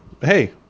hey